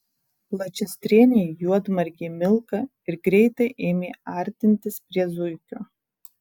plačiastrėnė juodmargė milka ir greitai ėmė artintis prie zuikio